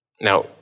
Now